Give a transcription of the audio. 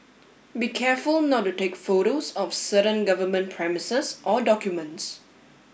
be careful not to take photos of certain government premises or documents